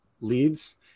leads